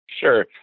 Sure